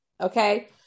okay